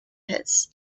pits